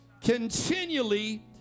continually